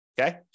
Okay